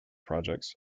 projects